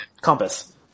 compass